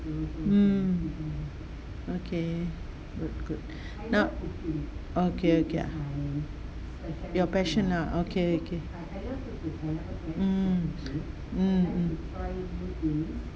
mm okay good good okay okay your passion ah okay okay mm mm mm